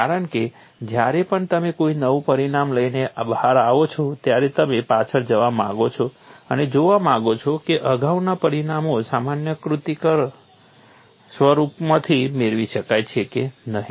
કારણ કે જ્યારે પણ તમે કોઈ નવું પરિણામ લઈને બહાર આવો છો ત્યારે તમે પાછા જવા માંગો છો અને જોવા માંગો છો કે અગાઉના પરિણામો સામાન્યીકૃત સ્વરૂપમાંથી મેળવી શકાય છે કે નહીં